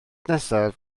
nesaf